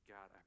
God